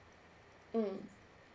mm